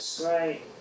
Right